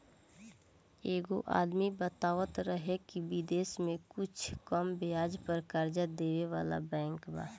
एगो आदमी बतावत रहे की बिदेश में कुछ कम ब्याज पर कर्जा देबे वाला बैंक बा